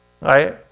right